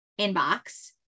inbox